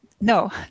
No